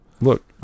Look